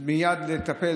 מייד לטפל,